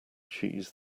cheese